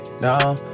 No